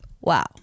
wow